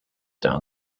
down